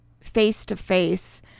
face-to-face